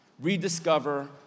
rediscover